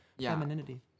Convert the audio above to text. femininity